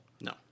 No